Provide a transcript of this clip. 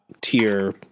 tier